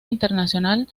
internacional